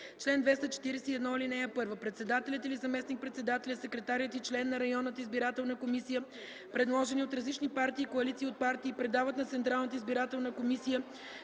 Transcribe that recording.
Чл. 241. (1) Председателят или заместник-председателят, секретарят и член на районната избирателна комисия, предложени от различни партии и коалиции от партии, предават на Централната избирателна комисия